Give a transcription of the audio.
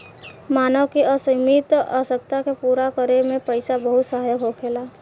मानव के असीमित आवश्यकता के पूरा करे में पईसा बहुत सहायक होखेला